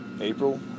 April